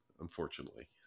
unfortunately